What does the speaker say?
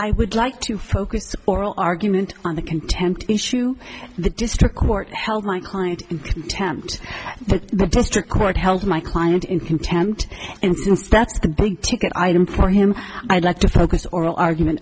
i would like to focus to oral argument on the contempt issue the district court held my client in contempt but the district court held my client in contempt and since that's the big ticket item for him i'd like to focus oral argument